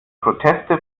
proteste